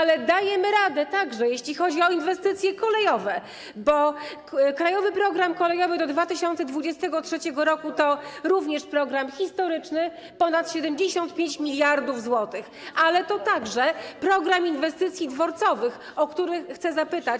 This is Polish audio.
Ale dajemy radę także, jeśli chodzi o inwestycje kolejowe, bo „Krajowy program kolejowy do 2023 r.” to również program historyczny, to ponad 75 mld zł, ale to także program inwestycji dworcowych, o który chcę zapytać.